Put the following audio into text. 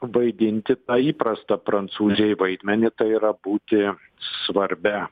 vaidinti tą įprastą prancūzijai vaidmenį tai yra būti svarbia